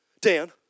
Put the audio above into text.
Dan